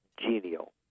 genial